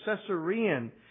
Caesarean